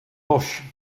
bush